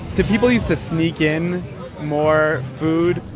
did people used to sneak in more food?